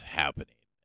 happening